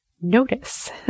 notice